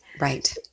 right